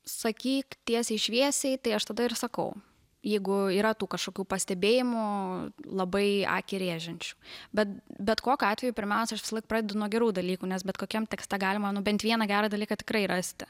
sakyk tiesiai šviesiai tai aš tada ir sakau jeigu yra tų kažkokių pastebėjimų labai akį rėžiančių bet bet kokiu atveju pirmiausia aš pradedu nuo gerų dalykų nes bet kokiam tekste galima nu bent vieną gerą dalyką tikrai rasti